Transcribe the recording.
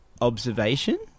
observation